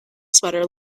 sweater